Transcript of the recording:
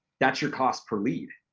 that's your cost per lead,